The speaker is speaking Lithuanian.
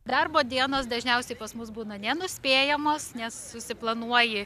darbo dienos dažniausiai pas mus būna nenuspėjamos nes susiplanuoji